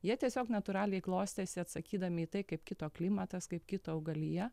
jie tiesiog natūraliai klostėsi atsakydami į tai kaip kito klimatas kaip kito augalija